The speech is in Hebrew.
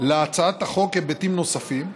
להצעת החוק היבטים נוספים,